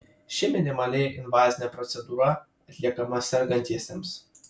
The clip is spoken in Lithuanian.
ši minimaliai invazinė procedūra atliekama sergantiesiems